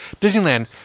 Disneyland